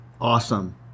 Awesome